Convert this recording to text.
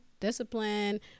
discipline